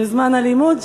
בזמן הלימוד,